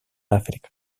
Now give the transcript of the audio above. àfrica